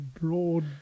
broad